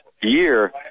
year